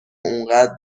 اونقدر